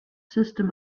system